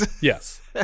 yes